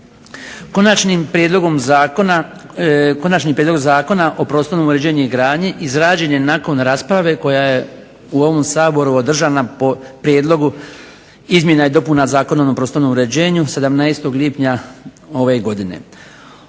Konačni prijedlog zakona o prostornom uređenju i gradnji izrađen je nakon rasprave koja je u ovom Saboru održana po prijedlogu izmjena i dopuna Zakona o prostornom uređenju 17.lipnja ove godine.